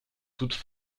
toutes